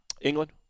England